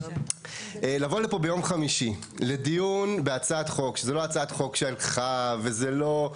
לבוא לפה ביום חמישי לדיון בהצעת חוק שזה לא הצעת חוק שלך וזה לא,